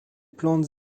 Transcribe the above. plantes